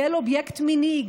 כאל אובייקט מיני,